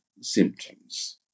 symptoms